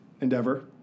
endeavor